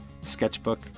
Sketchbook